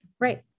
Right